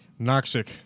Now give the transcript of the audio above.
noxic